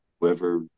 whoever